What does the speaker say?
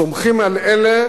סומכים על אלה